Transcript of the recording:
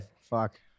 Fuck